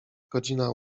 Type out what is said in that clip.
godzina